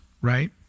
right